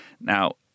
Now